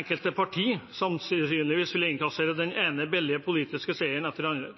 enkelte partier sannsynligvis ville innkassere den ene billige politiske seieren etter den andre.